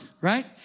right